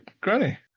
granny